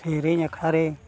ᱥᱮᱨᱮᱧ ᱟᱠᱷᱲᱟ ᱨᱮ